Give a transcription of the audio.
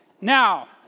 Now